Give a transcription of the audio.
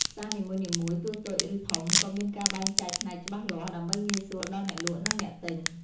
ផ្សារនីមួយៗ ទោះតូច ឬធំក៏មានការបែងចែកផ្នែកច្បាស់លាស់ ដើម្បីងាយស្រួលដល់អ្នកលក់ និងអ្នកទិញ។